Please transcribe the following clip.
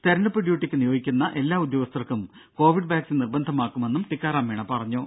തെരഞ്ഞെുപ്പ് ഡ്യൂട്ടിക്ക് നിയോഗിക്കുന്ന എല്ലാ ഉദ്യോഗസ്ഥർക്കും കൊവിഡ് വാക്സിൻ നിർബന്ധമാക്കുമെന്നും ടിക്കറാം മീണ പറഞ്ഞു